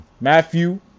Matthew